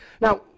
Now